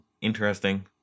interesting